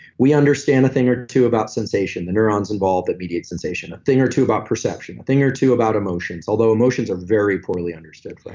we understand a thing or two about sensation. the neurons involved that beget sensation. a thing or two about perception, a thing or two about emotions although emotions are very poorly understood,